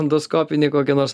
endoskopinį kokį nors